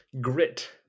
grit